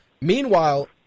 Meanwhile